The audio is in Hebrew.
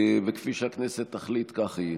וכפי שהכנסת תחליט כך יהיה.